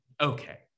okay